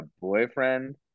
boyfriend